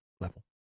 level